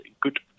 good